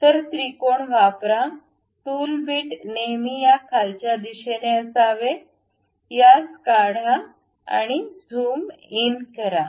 तर त्रिकोण वापरा टूल बिट नेहमी या खालच्या दिशेने असावे यास काढा झूम इन करा